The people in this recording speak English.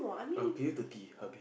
I'm below thirty